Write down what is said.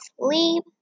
sleep